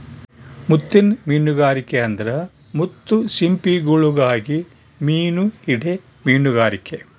ಮುತ್ತಿನ್ ಮೀನುಗಾರಿಕೆ ಅಂದ್ರ ಮುತ್ತು ಸಿಂಪಿಗುಳುಗಾಗಿ ಮೀನು ಹಿಡೇ ಮೀನುಗಾರಿಕೆ